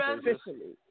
officially